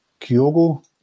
Kyogo